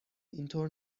اینطور